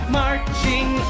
marching